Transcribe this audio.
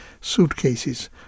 suitcases